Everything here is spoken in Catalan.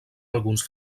alguns